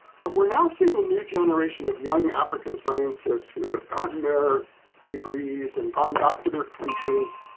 but we're now seeing a new generation of young african scientists who have gotten their degrees and gone back to their countries.